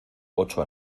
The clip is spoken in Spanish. ocho